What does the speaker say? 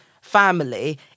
family